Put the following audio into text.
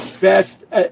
best